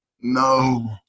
no